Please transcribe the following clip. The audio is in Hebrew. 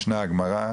משנה, גמרא.